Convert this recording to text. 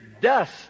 dust